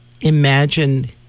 imagine